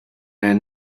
man